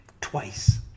twice